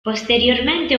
posteriormente